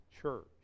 Church